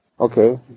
Okay